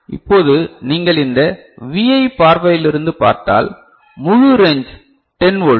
இப்போது நீங்கள் இந்த Vi பார்வையில் இருந்து பார்த்தால் முழு ரேஞ்ச் 10 வோல்ட்